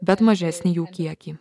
bet mažesnį jų kiekį